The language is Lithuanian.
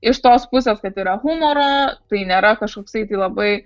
iš tos pusės kad yra humoro tai nėra kažkoksai tai labai